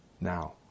now